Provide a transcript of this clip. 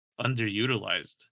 underutilized